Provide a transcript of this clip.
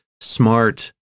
smart